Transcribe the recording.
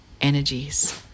Energies